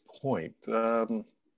point